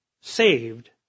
saved